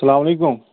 سَلام علیکُم